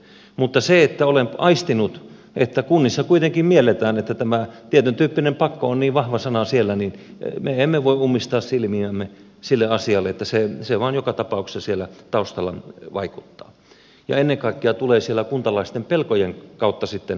mutta kun olen aistinut että kunnissa kuitenkin mielletään että tämä tietyntyyppinen pakko on niin vahva sana siellä niin me emme voi ummistaa silmiämme sille asialle vaan se joka tapauksessa siellä taustalla vaikuttaa ja ennen kaikkea tulee siellä kuntalaisten pelkojen kautta sitten konkreettisesti esille